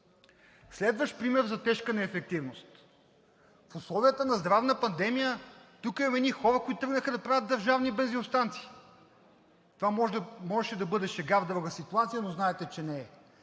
Следващ пример за тежка неефективност. В условията на здравна пандемия тук има едни хора, които тръгнаха да правят държавни бензиностанции. Това можеше да бъде шега в друга ситуация, но знаете, че не е.